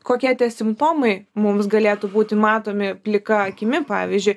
kokie tie simptomai mums galėtų būti matomi plika akimi pavyzdžiui